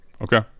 Okay